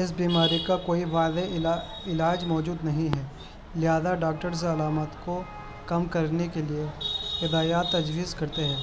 اس بیماری کا کوئی واضح علاج موجود نہیں ہے لہٰذا ڈاکٹرز علامات کو کم کرنے کے لیے ہدایات تجویز کرتے ہیں